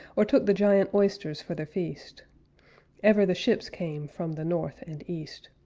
or took the giant oysters for their feast ever the ships came from the north and east.